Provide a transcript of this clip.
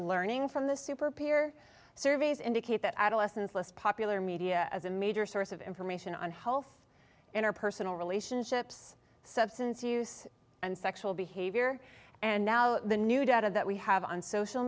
learning from the super peer surveys indicate that adolescence less popular media as a major source of information on health interpersonal relationships substance abuse and sexual behavior and now the new data that we have on social